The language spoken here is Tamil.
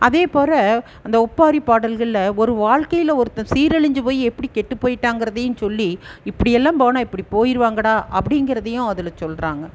அதேப்போல் அந்த ஒப்பாரி பாடல்களில் ஒரு வாழ்க்கையில் ஒருத்தர் சீரழிஞ்சு போய் எப்படி கெட்டு போயிட்டாங்கிறதையும் சொல்லி இப்படி எல்லாம் போனால் இப்படி போயிடுவாங்கடா அப்படிங்கிறதையும் அதில் சொல்கிறாங்க